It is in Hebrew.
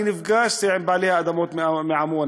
אני נפגשתי עם בעלי אדמות מעמונה.